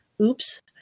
oops